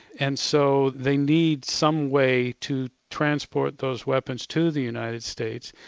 and so they need some way to transport those weapons to the united states,